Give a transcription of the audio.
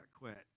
quit